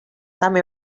some